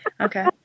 Okay